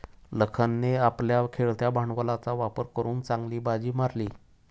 लखनने आपल्या खेळत्या भांडवलाचा वापर करून चांगली बाजी मारली